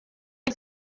was